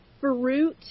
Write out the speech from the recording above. fruit